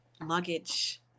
luggage